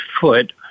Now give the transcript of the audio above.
foot